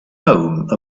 home